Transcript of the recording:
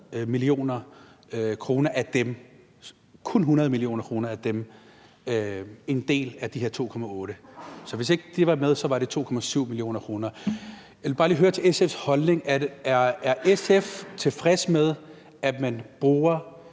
mio. kr. – kun 100 mio. kr. – som er en del af de 2,8 mia. kr. Så hvis ikke de var med, var det 2,7 mia. kr. Jeg vil bare lige høre om SF's holdning. Er SF tilfreds med, at man bruger